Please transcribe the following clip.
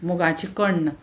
मुगाची कण्ण